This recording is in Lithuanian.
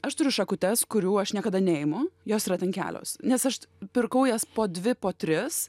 aš turiu šakutes kurių aš niekada neimu jos yra ten kelios nes aš pirkau jas po dvi po tris